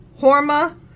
Horma